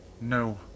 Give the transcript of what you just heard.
No